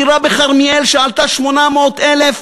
דירה בכרמיאל שעלתה 800,000,